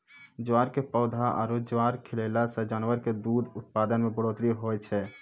ज्वार के पौधा आरो ज्वार खिलैला सॅ जानवर के दूध उत्पादन मॅ बढ़ोतरी होय छै